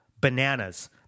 Bananas